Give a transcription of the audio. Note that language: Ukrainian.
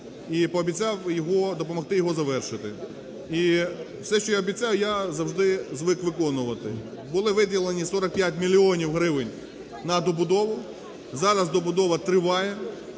і пообіцяв його, допомогти його завершити. І все, що я обіцяю, я завжди звик виконувати. Були виділені 45 мільйонів гривень на добудову. Зараз добудова триває,